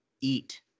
eat